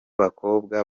bakobwa